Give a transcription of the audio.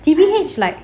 to be his like